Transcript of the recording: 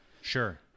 sure